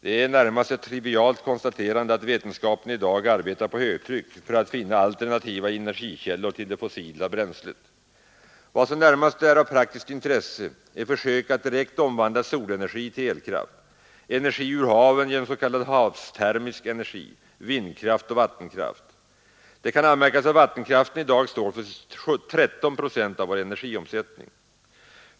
Det är närmast ett trivialt konstaterande att vetenskapen i dag arbetar på högtryck för att finna alternativa energikällor till det fossila bränslet. Vad som närmast är av praktiskt intresse är försök att direkt omvandla solenergi till elkraft, energi ur haven genom s.k. havs-termisk energi, vindkraft och vattenkraft. Det kan anmärkas att vattenkraften i dag står för 13 procent av vår energiomsättning.